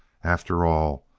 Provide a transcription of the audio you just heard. after all,